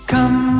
Come